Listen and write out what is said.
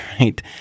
right